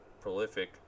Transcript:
prolific